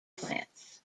plants